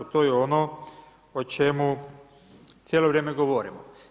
TO je ono o čemu cijelo vrijeme govorimo.